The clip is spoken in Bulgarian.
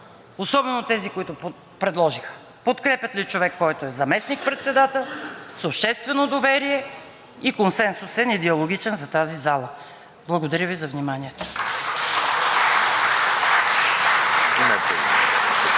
особено тези, които предложиха, подкрепят ли човек, който е заместник-председател, с обществено доверие и консенсусен и диалогичен, за тази зала. Благодаря Ви за вниманието.